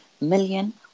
million